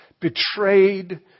betrayed